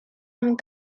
amb